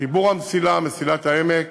חיבור המסילה, מסילת העמק